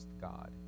God